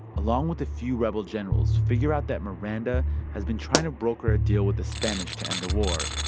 along with a few rebel generals, figure out that miranda has been trying to broker a deal with the spanish to end the war,